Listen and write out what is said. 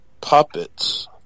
puppets